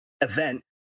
event